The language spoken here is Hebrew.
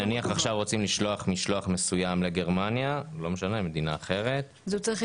נניח שה רוצים לשלוח משלוח מסוים לגרמניה או למדינה אחרת,